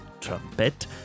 trumpet